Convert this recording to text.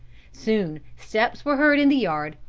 soon steps were heard in the yard,